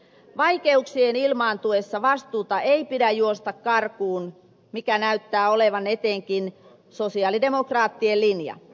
vaikeuksien ilmaantuessa vastuuta ei pidä juosta karkuun mikä näyttää olevan etenkin sosialidemokraattien linja